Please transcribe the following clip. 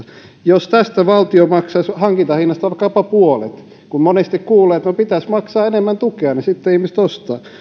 jos tästä hankintahinnasta valtio maksaisi vaikkapa puolet kun monesti kuulee että pitäisi maksaa enemmän tukea niin sitten ihmiset